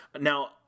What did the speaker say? Now